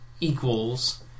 equals